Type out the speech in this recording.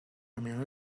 میان